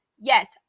Yes